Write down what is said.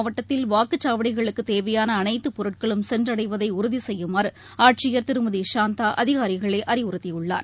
மாவட்டத்தில் வாக்குச்சாவடிகளுக்குதேவையானஅனைத்துப் பொருட்களும் திருவாரூர் சென்றடைவதைஉறுதிசெய்யுமாறுஆட்சியர் திருமதிசாந்தாஅதினரிகளைஅறிவுறுத்தியுள்ளார்